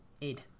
Id